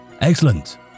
Excellent